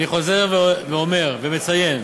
אני חוזר ואומר ומציין